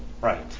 Right